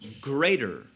greater